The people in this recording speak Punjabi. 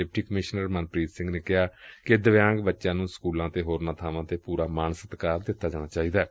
ਡਿਪਟੀ ਕਮਿਸ਼ਨਰ ਮਨਪ੍ੀਤ ਸਿੰਘ ਨੇ ਕਿਹਾ ਕਿ ਦਿਵਿਆਂਗ ਬਚਿਆਂ ਨੂੰ ਸਕੂਲਾ ਅਤੇ ਹੋਰਨਾਂ ਬਾਵਾਂ ਤੇ ਪੁਰਾ ਮਾਣ ਸਤਿਕਾਰ ਦਿੱਤਾ ਜਾਣਾ ਚਾਹੀਦੈ